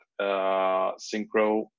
Synchro